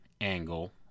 angle